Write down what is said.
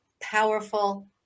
powerful